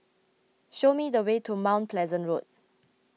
show me the way to Mount Pleasant Road